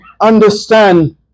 understand